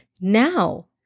now